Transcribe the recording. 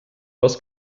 was